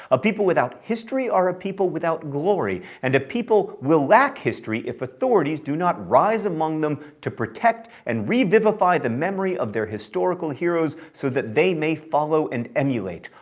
a people without history are a people without glory, and a people will lack history if authorities do not rise among them to protect and revivify the memory of their historical heroes so that they may follow and emulate.